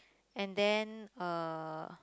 and then uh